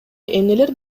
эмнелер